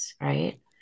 right